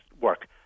work